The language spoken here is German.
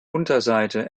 unterseite